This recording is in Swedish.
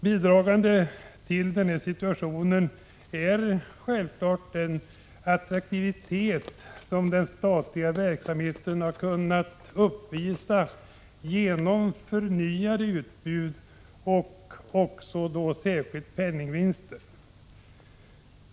Bidragande till denna situation är självfallet den aktivitet som den statliga verksamheten kunnat uppvisa genom förnyat utbud och särskilda penningvinster.